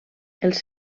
els